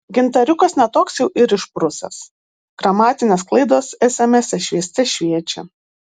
gintariukas ne toks jau ir išprusęs gramatinės klaidos esemese švieste šviečia